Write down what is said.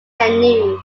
canoe